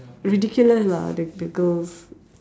ridiculous lah the the girls